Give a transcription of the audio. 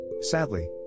Sadly